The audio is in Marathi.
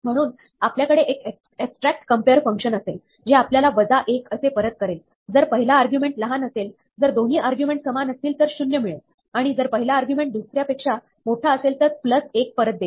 म्हणून आपल्याकडे एक एबस्ट्रक्ट कम्पेअर फंक्शन असेल जे आपल्याला वजा 1 असे परत करेल जर पहिला आर्ग्युमेंट लहान असेल जर दोन्ही आर्ग्युमेंटस समान असतील तर शून्य मिळेल आणि जर पहिला आर्ग्युमेंट दुसऱ्यापेक्षा मोठा असेल तर प्लस 1 परत देईल